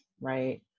right